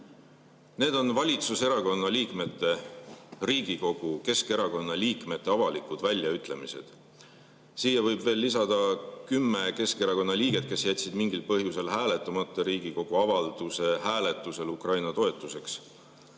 Need on valitsuserakonna liikmete, Riigikogu Keskerakonna liikmete avalikud väljaütlemised. Siia võib veel lisada kümme Keskerakonna liiget, kes jätsid mingil põhjusel hääletamata Riigikogu avalduse hääletusel Ukraina toetuseks.